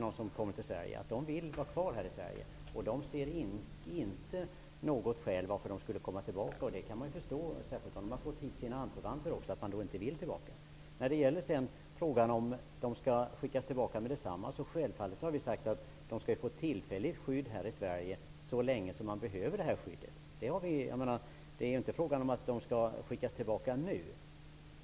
De vill stanna kvar i Sverige och ser inte något skäl att resa tillbaka. Det kan man ju förstå; särskilt om de har fått hit sina anförvanter. När det gäller frågan om de skall skickas tillbaka med detsamma har vi sagt att de självfallet skall få tillfälligt skydd här i Sverige så länge de behöver det. Det är ju inte fråga om att skicka tillbaka dem nu.